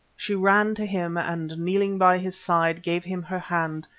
she ran to him and kneeling by his side, gave him her hand,